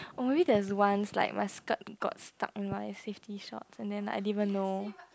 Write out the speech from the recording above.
or maybe there's once like my skirt got stuck in my safety shorts and then I didn't even know